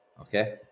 okay